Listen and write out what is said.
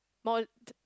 more t~